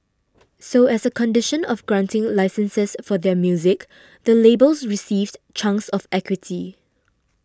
so as a condition of granting licences for their music the labels received chunks of equity